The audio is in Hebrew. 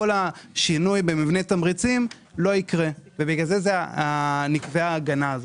כל השינוי במבנה התמריצים לא יקרה ולכן נקבעה ההגנה הזאת.